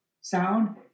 sound